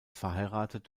verheiratet